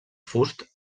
fust